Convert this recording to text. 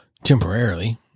Temporarily